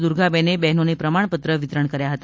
દુર્ગાબેને બહેનોને પ્રમાણપત્ર વિતરણ કર્યા હતા